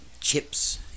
chips